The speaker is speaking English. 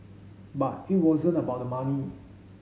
but it wasn't about the money